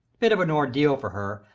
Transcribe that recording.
bit of an ordeal for her,